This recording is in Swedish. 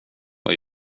vad